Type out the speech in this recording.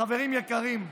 חברים יקרים,